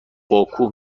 باکو